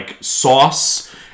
sauce